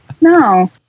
no